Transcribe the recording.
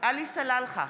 עלי סלאלחה,